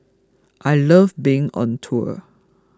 I love being on tour